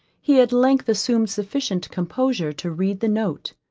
he at length assumed sufficient composure to read the note.